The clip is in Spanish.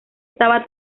estaba